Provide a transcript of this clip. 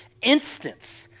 instance